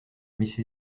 mrs